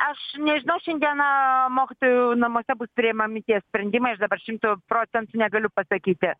aš nežinau šiandieną mokytojų namuose bus priimami tie sprendimai aš dabar šimtu procentų negaliu pasakyti